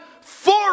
four